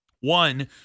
One